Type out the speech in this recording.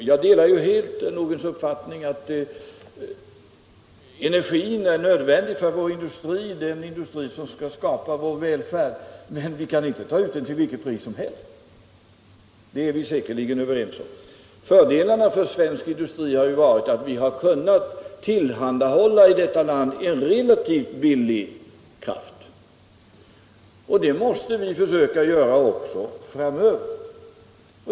Jag delar helt herr Nordgrens uppfattning att energin är nödvändig för vår industri, som skall skapa vår välfärd, men vi kan inte ta ut den till vilket pris som helst. Det är vi säkerligen överens om. En fördel för svensk industri har varit att vi kunnat tillhandahålla i detta land en relativt billig kraft, och det måste vi försöka göra också framöver.